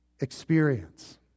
experience